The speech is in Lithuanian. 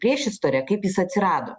priešistorę kaip jis atsirado